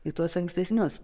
į tuos ankstesnius